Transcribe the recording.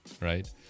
right